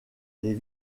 les